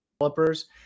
developers